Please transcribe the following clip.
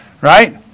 right